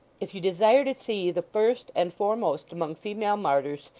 if you desire to see the first and foremost among female martyrs,